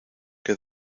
que